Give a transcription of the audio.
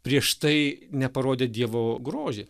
prieš tai neparodę dievo grožį